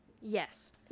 Yes